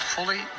Fully